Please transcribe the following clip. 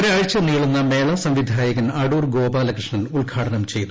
ഒരാഴ്ച നീളുന്ന മേള സംവിധാകയൻ അടൂർ ഗോപാലകൃഷ്ണൻ ഉദ്ഘാടനം ചെയ്തു